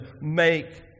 make